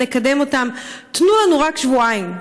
נקדם אותן, תנו לנו רק שבועיים.